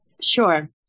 Sure